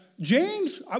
James